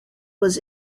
was